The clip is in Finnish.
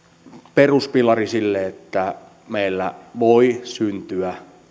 peruspilari sille että meillä voi syntyä